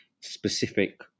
specific